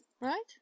right